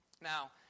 Now